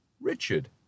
Richard